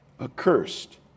Accursed